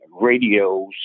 radios